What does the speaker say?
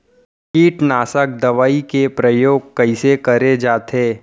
कीटनाशक दवई के प्रयोग कइसे करे जाथे?